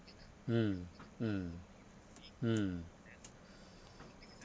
mm mm mm